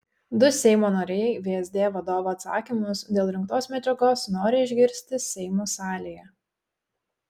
du seimo nariai vsd vadovo atsakymus dėl rinktos medžiagos nori išgirsti seimo salėje